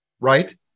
right